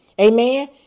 Amen